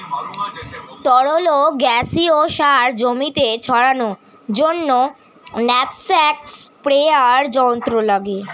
তরল ও গ্যাসীয় সার জমিতে ছড়ানোর জন্য ন্যাপস্যাক স্প্রেয়ার যন্ত্র লাগে